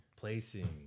Placing